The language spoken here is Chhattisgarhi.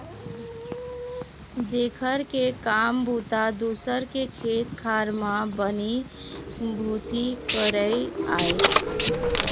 जेखर के काम बूता दूसर के खेत खार म बनी भूथी करई आय